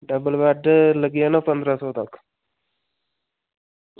double bed लग्गी जाना पंदरां सौ तक्क